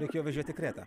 reikėjo važiuot į kretą